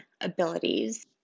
abilities